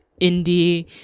indie